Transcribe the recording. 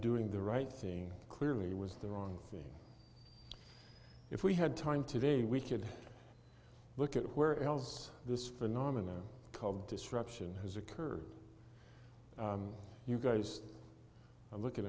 doing the right thing clearly was the wrong thing if we had time today we could look at where else this phenomenon called disruption has occurred you guys are looking